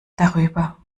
darüber